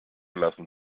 lassen